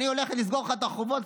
אני הולכת לסגור לך את החובות.